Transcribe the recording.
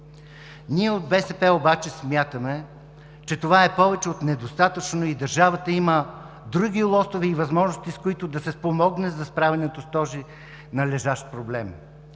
Ние, от БСП, обаче смятаме, че това е повече от недостатъчно и държавата има други лостове и възможности, с които да се спомогне за справянето с този належащ проблем.